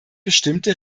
bestimmte